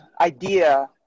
idea